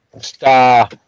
star